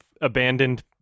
Abandoned